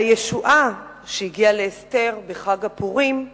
והן משום הישועה שהגיעה לאסתר בחג הפורים,